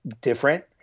different